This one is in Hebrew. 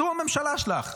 זו הממשלה שלך.